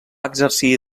exercir